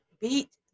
beat